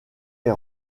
est